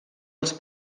als